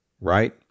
right